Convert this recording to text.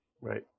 Right